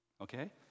Okay